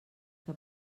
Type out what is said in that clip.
que